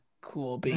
Cool